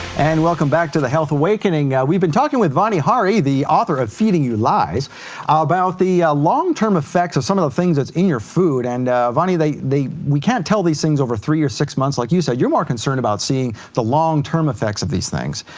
and welcome back to the health awakening. we've been talking with vani hari, the author of feeding you lies about the ah long-term effects of some of the things that's in your food. and vani, we can't tell these things over three or six months, like you said. you're more concerned about seeing the long-term effects of these things.